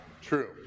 true